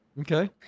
Okay